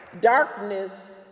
darkness